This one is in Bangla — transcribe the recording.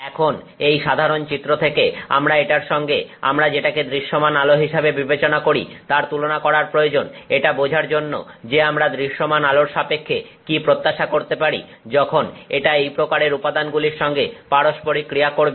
এখন এই সাধারণ চিত্র থেকে আমাদের এটার সঙ্গে আমরা যেটাকে দৃশ্যমান আলো হিসেবে বিবেচনা করি তার তুলনা করার প্রয়োজন এটা বোঝার জন্য যে আমরা দৃশ্যমান আলোর সাপেক্ষে কি প্রত্যাশা করতে পারি যখন এটা এই প্রকারের উপাদানগুলির সঙ্গে পারস্পরিক ক্রিয়া করবে